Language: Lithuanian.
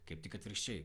kaip tik atvirkščiai